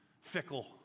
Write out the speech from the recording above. Fickle